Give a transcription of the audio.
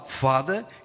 Father